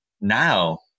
now